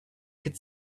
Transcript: could